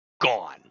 gone